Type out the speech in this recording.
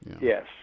Yes